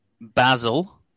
basil